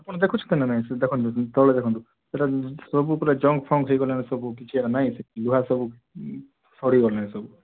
ଆପଣ ଦେଖୁଛନ୍ତି ନା ନାଇଁ ସେ ଦେଖନ୍ତୁ ତଳେ ଦେଖନ୍ତୁ ଏଟା ସବୁ ପୂରା ଜଙ୍ଗ ଫଙ୍ଗ ହେଇଗଲାଣି ସବୁ କିଛି ଆଉ ନାହିଁ ଏଥିରେ ଲୁହା ସବୁ ସରି ଗଲାଣି ସବୁ